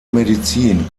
medizin